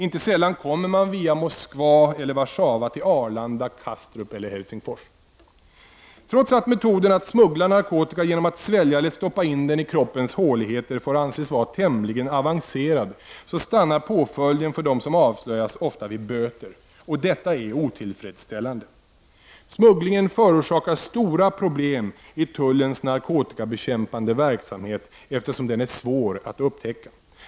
Inte sällan kommer man via Moskva eller Warszawa till Arlanda, Kastrup eller Helsingfors. Trots att metoden att smuggla narkotika genom att svälja eller stoppa in den i kroppens håligheter får anses vara tämligen avancerad stannar påföljden för dem som avslöjas ofta vid böter. Detta är otillfredsställande. Smugglingen förorsakar stora problem i tullens narkotikabekämpande verksamhet, eftersom den är svår att upptäcka.